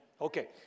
Okay